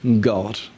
God